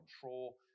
control